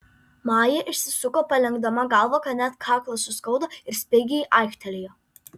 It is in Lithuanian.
maja išsisuko palenkdama galvą kad net kaklą suskaudo ir spigiai aiktelėjo